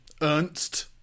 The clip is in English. Ernst